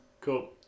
cool